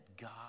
God